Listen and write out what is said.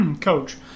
coach